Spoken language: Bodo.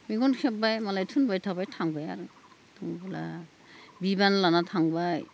मेगन खेब्बाय मालाय थिनबाय थाबाय थांबाय आरो दंबोला बिबान लाना थांबाय